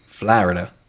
Florida